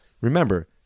Remember